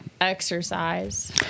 exercise